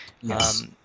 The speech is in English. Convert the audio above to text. Yes